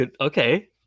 Okay